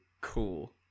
cool